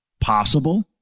possible